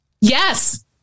Yes